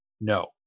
No